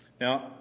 Now